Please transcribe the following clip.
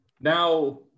now